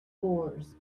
scores